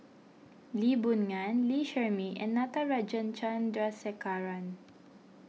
Lee Boon Ngan Lee Shermay and Natarajan Chandrasekaran